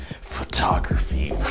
Photography